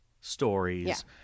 stories